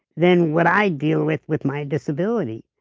than what i deal with, with my disability.